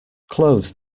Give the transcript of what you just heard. clothes